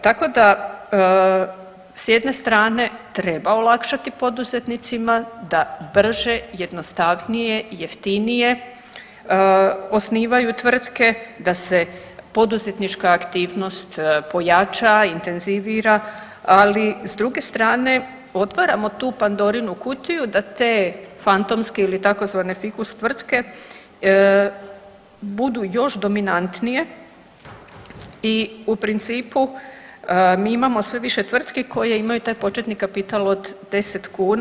Tako s jedne strane treba olakšati poduzetnicima da brže, jednostavnije i jeftinije osnivaju tvrtke, da se poduzetnička aktivnost pojača i intenzivira, ali s druge strane otvaramo tu Pandorinu kutiju da te fantomske ili tzv. fikus tvrtke budu još dominantnije i u principu mi imamo sve više tvrtki koje imaju taj početni kapital od 10 kuna.